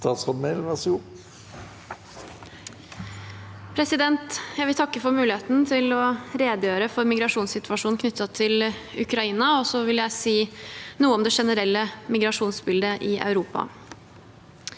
Statsråd Emilie Mehl Jeg vil takke for muligheten til å redegjøre for migrasjonssituasjonen knyttet til Ukraina, og så vil jeg si noe om det generelle migrasjonsbildet i Europa.